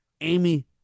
Amy